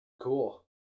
Cool